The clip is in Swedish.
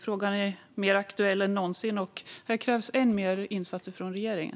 Frågan är mer aktuell än någonsin, och här krävs än mer insatser från regeringen.